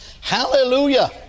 Hallelujah